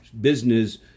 business